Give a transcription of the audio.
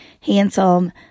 handsome